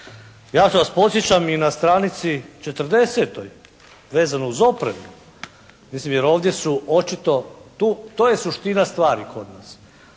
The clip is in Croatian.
Ja vas podsjećam i na stranici 40. vezano uz opreme, mislim jer ovdje su očito, to je suština stvari kod nas.